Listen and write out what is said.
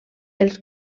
els